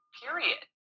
period